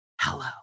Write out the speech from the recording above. Hello